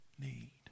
need